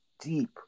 deep